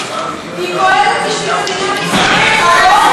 לחו"ל היא פועלת בשביל מדינת ישראל.